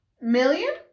Million